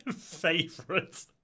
favorite